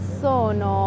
sono